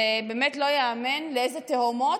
באמת לא ייאמן לאיזה תהומות,